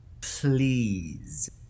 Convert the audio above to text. Please